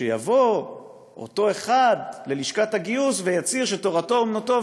שיבוא אותו אחד ללשכת הגיוס ויצהיר שתורתו אומנותו,